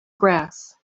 grass